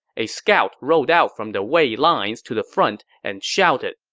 a scout rode out from the wei lines to the front and shouted,